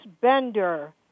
Bender